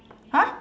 !huh!